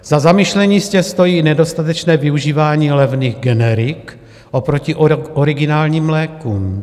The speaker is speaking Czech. Za zamyšlení jistě stojí nedostatečné využívání levných generik oproti originálním lékům.